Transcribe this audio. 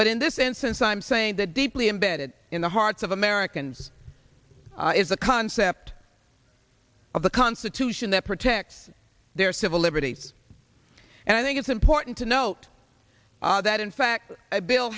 but in this instance i'm saying that deeply embedded in the hearts of americans is the concept of the constitution that protects their civil liberties and i think it's important to note that in fact a bill